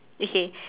okay